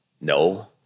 no